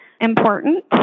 important